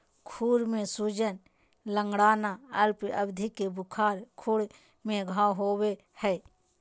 खुर में सूजन, लंगड़ाना, अल्प अवधि के बुखार, खुर में घाव होबे हइ